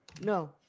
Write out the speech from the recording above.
No